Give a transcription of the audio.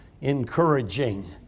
encouraging